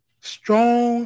Strong